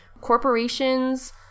corporations